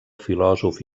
filòsof